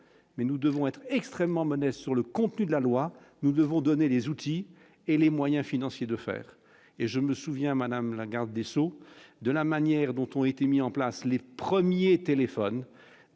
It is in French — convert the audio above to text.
mais nous devons être extrêmement sur le contenu de la loi, nous devons donner les outils et les moyens financiers de faire et je me souviens, madame la garde des Sceaux de la manière dont ont été mis en place les premiers téléphones